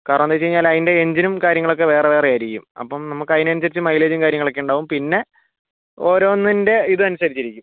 കാരണം എന്താണെന്നു വച്ചു കഴിഞ്ഞാൽ അതിൻ്റെ എഞ്ചിനും കാര്യങ്ങളൊക്കെ വേറെവേറെ ആയിരിക്കും അപ്പം നമ്മൾക്ക് അതിനനുസരിച്ച് മൈലേജും കാര്യങ്ങളൊക്കെ ഉണ്ടാവും പിന്നെ ഓരോന്നിൻ്റെ ഇതനുസരിച്ചിരിക്കും